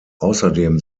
außerdem